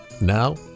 Now